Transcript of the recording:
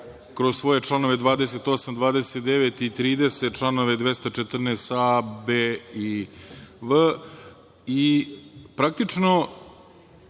kroz svoje članove 28, 29. i 30, članove 214a, b) i v). i praktično